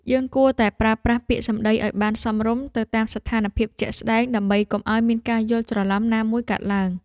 យើងគួរតែប្រើប្រាស់ពាក្យសម្តីឱ្យបានសមរម្យទៅតាមស្ថានភាពជាក់ស្តែងដើម្បីកុំឱ្យមានការយល់ច្រឡំណាមួយកើតឡើង។